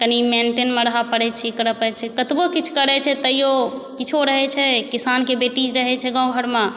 कनी मेन्टेनमे रहय पड़ै छै करय पड़य छै कतबो किछु करै छै तैयो किछो रहै छै किसानके बेटी रहै छै गाम घरमे